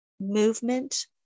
movement